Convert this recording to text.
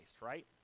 right